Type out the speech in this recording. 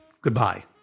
Goodbye